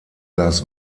glas